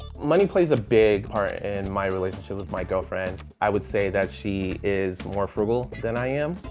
money plays a big part in my relationship with my girlfriend. i would say that she is more frugal than i am.